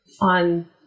on